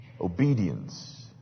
Obedience